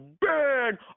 burn